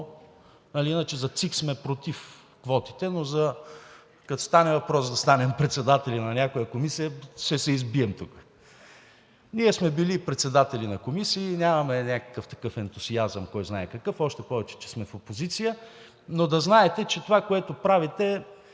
иначе за ЦИК сме против квотите, но като стане въпрос да станем председатели на някоя комисия, ще се избием тук. Ние сме били и председатели на комисии. Нямаме някакъв кой знае какъв ентусиазъм, още повече че сме в опозиция, но да знаете, че това, което правите,